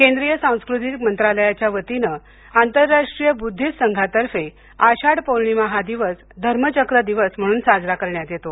केंद्रीय सांस्कृतिक मंत्रालयाच्या वतीने अंतरराष्ट्रीय बुद्धिस्ट संघातर्फे आषाढ पौर्णिमा हा दिवस धर्म चक्र दिवस म्हणून साजरा करण्यात येतो